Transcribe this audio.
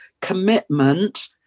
commitment